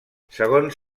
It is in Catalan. segons